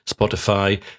Spotify